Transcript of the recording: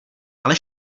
ale